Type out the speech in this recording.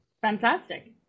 Fantastic